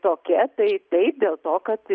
tokia tai taip dėl to kad